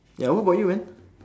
ya what about you man